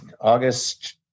August